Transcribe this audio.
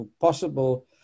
possible